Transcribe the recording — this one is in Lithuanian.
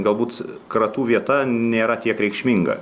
galbūt kratų vieta nėra tiek reikšminga